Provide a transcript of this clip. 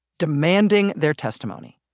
demanding their testimony